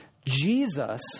Jesus